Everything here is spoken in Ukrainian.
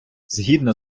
згідно